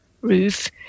roof